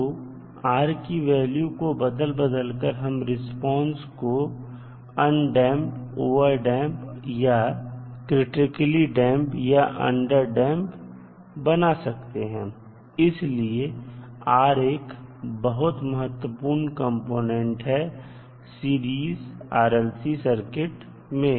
तो R की value को बदल बदल कर हम रिस्पांस को अंडैंप ओवरटडैंप या क्रिटिकली डैंप या अंडरडैंप बना सकते हैं इसलिए R एक बहुत महत्वपूर्ण कंपोनेंट है सीरीज RLC सर्किट में